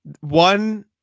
One